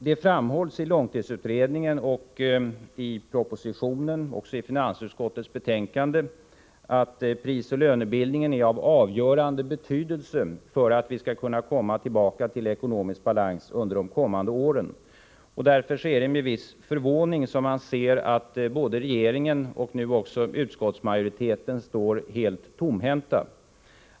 Det framhålls i långtidsutredningen och i propositionen, också i finansutskottets betänkande, att prisoch lönebildningen är av avgörande betydelse politiken på medellång sikt för att vi skall kunna komma tillbaka till ekonomisk balans under de kommande åren. Därför är det med viss förvåning man ser att både regeringen och nu också utskottsmajoriteten står helt tomhänt.